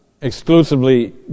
exclusively